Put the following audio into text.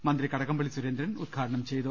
മന്ത്രി കടകംപളളി സുരേന്ദ്രൻ ഉദ്ഘാടനം ചെയ്തു